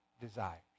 desires